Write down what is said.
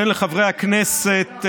תן לחברי הכנסת,